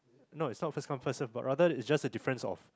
no it's not first come first serve but rather it's just a difference of